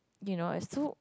you know and so